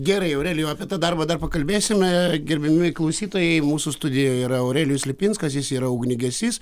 gerai aurelijau apie tą darbą dar pakalbėsime gerbiami klausytojai mūsų studijoje yra aurelijus lipinskas jis yra ugniagesys